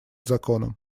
законом